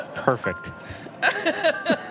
Perfect